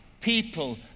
people